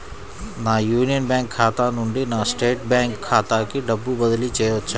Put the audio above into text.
నా Union Bank ఖాతా నుండి నా స్టేట్ బ్యాంకు ఖాతాకి డబ్బు బదిలి చేయవచ్చా?